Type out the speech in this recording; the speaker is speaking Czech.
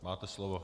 Máte slovo.